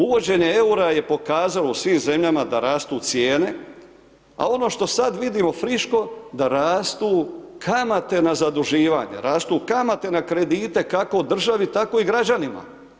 Uvođenje eura je pokazalo svim zemljama da rastu cijene a ono što sada vidimo friško, da rastu kamate na zaduživanje, rastu kamate na kredite, kako državi tako i građanima.